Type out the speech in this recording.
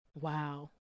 wow